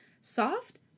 Soft